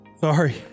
sorry